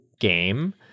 game